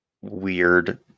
weird